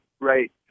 right